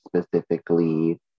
specifically